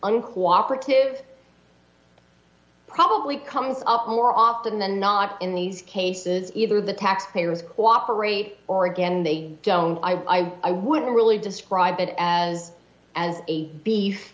uncooperative probably comes up more often than not in these cases either the tax payers cooperate or again they don't i wouldn't really describe it as as a